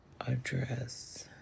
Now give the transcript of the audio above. address